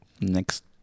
next